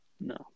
No